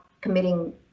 committing